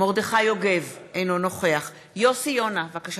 מרדכי יוגב, אינו נוכח יוסי יונה, מצביע